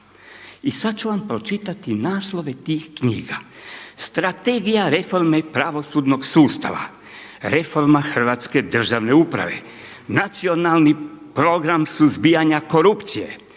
I sad ću vam pročitati naslove tih knjiga: „Strategija reforme pravosudnog sustava“, „Reforma hrvatske državne uprave“, „Nacionalni program suzbijanja korupcije“,